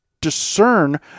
discern